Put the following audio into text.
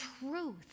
truth